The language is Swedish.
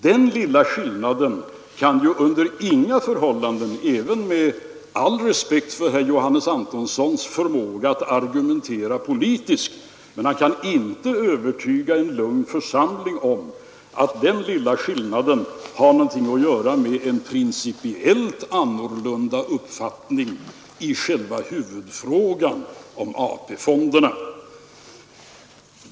Den lilla skillnaden kan ju under inga förhållanden — även med all respekt för herr Johannes Antonssons förmåga att argumentera politiskt — ha någonting att göra med en principiellt annorlunda uppfattning i själva huvudfrågan om AP-fonderna. Han kan inte övertyga en lugn församling om detta.